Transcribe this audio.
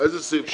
איזה סעיף?